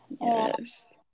Yes